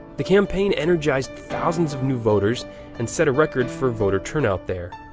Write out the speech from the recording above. the campaign energized thousands of new voters and set a record for voter turnout there.